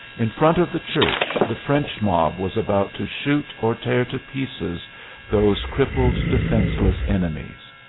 in front of the church the french mob was about to shoot or tear to pieces those crippled, defenseless enemies.